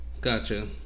Gotcha